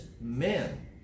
men